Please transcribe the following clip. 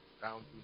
down